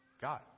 God